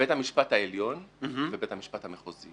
בית המשפט העליון ובית המשפט המחוזי.